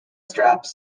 straps